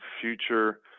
future